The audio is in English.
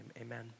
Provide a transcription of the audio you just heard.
Amen